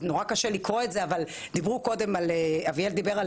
זה נורא קשה לקרוא את זה אבל אביאל דיבר קודם